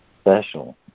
special